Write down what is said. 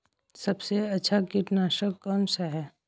सबसे अच्छा कीटनाशक कौन सा है?